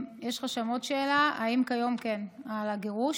יש לך שם עוד שאלה, על הגירוש.